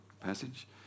passage